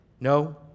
No